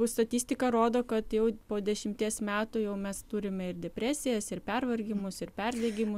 statistika rodo kad jau po dešimties metų jau mes turime ir depresijas ir pervargimus ir perdegimą